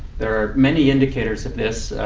there are many indicators of this.